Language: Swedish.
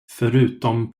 förutom